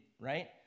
right